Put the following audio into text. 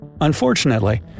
Unfortunately